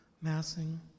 massing